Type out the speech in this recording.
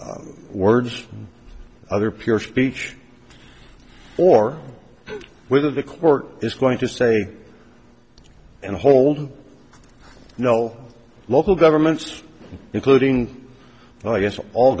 words other pure speech or whether the court is going to say and hold no local governments including i guess all